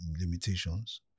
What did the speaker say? limitations